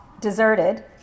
deserted